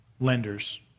lenders